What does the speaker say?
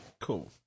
Cool